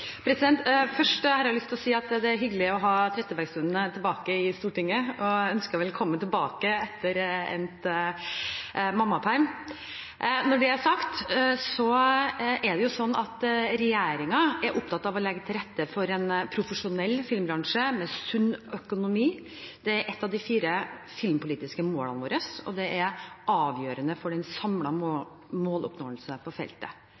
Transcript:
Først har jeg lyst til å si at det er hyggelig å ha Trettebergstuen tilbake i Stortinget og ønsker henne velkommen tilbake etter endt mammaperm. Når det er sagt, er det sånn at regjeringen er opptatt av å legge til rette for en profesjonell filmbransje med sunn økonomi. Det er et av de fire filmpolitiske målene våre, og det er avgjørende for den samlede måloppnåelsen på feltet.